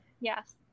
Yes